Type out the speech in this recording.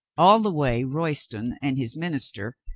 all the way royston and his minister,